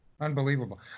Unbelievable